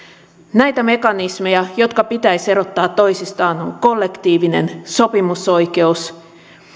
näitä mekanismeja jotka pitäisi erottaa toisistaan ovat kollektiivinen sopimusoikeus